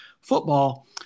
football